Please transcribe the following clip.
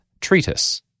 Treatise